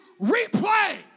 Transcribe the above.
replay